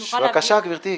בבקשה, גברתי.